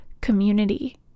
community